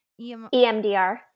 EMDR